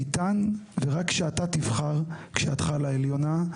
איתן ורק כשאתה תבחר כשידך על העליונה,